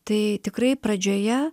tai tikrai pradžioje